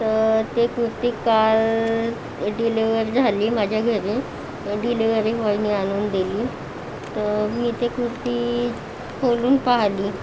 तर ते कुर्ती काल डिलिवरी झाली माझ्या घरी डिलिवरी बॉयनी आणून दिली तर मी ते कुर्ती खोलून पाहिली